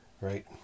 Right